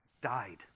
died